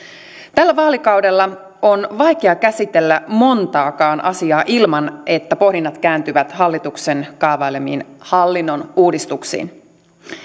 tällä vaalikaudella on vaikea käsitellä montaakaan asiaa ilman että pohdinnat kääntyvät hallituksen kaavailemiin hallinnon uudistuksiin